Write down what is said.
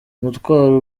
umutwaro